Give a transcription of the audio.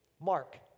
Mark